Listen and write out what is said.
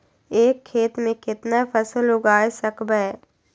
एक खेत मे केतना फसल उगाय सकबै?